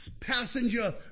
passenger